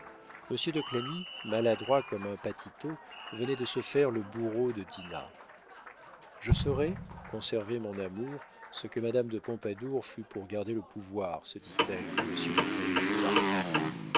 de clagny maladroit comme un patito venait de se faire le bourreau de dinah je serai pour conserver mon amour ce que madame de pompadour fut pour garder le pouvoir se dit-elle quand monsieur de clagny fut parti